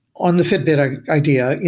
on the fitbit ah idea, yeah